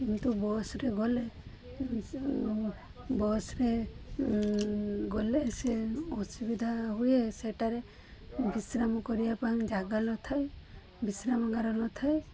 କିନ୍ତୁ ବସ୍ରେ ଗଲେ ସେ ବସ୍ରେ ଗଲେ ସେ ଅସୁବିଧା ହୁଏ ସେଠାରେ ବିଶ୍ରାମ କରିବା ପାଇଁ ଜାଗା ନ ଥାଏ ବିଶ୍ରାମଗାର ନ ଥାଏ